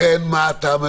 לכן מה אתה מבקש?